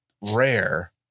rare